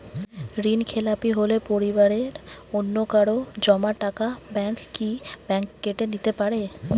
ঋণখেলাপি হলে পরিবারের অন্যকারো জমা টাকা ব্যাঙ্ক কি ব্যাঙ্ক কেটে নিতে পারে?